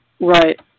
Right